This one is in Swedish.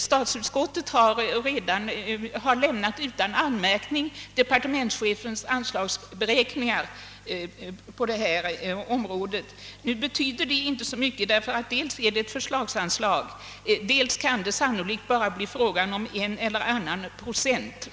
Statsutskottet har lämnat departementschefens anslagsberäkningar utan anmärkningar i det fallet. Det betyder nu inte så mycket, ty dels gäller det ett förslagsanslag och dels kan det sannolikt bara bli fråga om en eller annan procent.